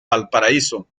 valparaíso